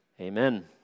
Amen